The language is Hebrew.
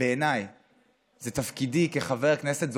בעיניי זה תפקידי כחבר כנסת,